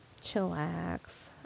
chillax